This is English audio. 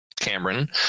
Cameron